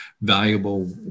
valuable